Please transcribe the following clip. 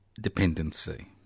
dependency